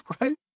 right